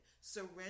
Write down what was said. Surrender